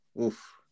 Oof